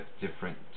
different